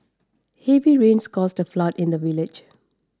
heavy rains caused a flood in the village